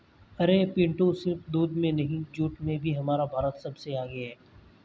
अरे पिंटू सिर्फ दूध में नहीं जूट में भी हमारा भारत सबसे आगे हैं